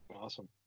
Awesome